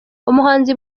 umuhanzi